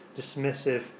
dismissive